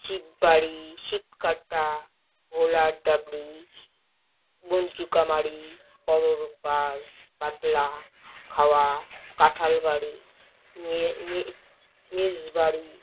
Shibbari Shibkata Bholar Dabri Banchukamari Pararpar Patlakhawa Kanthalbari ম নিজবাড়ি